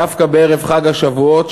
דווקא בערב חג השבועות,